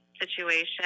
situation